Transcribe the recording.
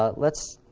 ah let's